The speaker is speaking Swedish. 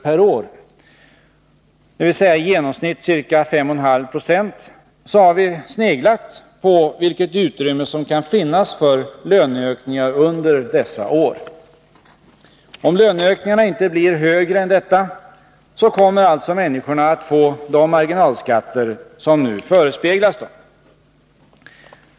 per år, dvs. i genomsnitt ca 5,5 26, har vi sneglat på vilket utrymme som kan finnas för löneökningar under dessa år. Om löneökningarna inte blir högre än detta, kommer alltså människorna att få de marginalskatter som nu förespeglas dem.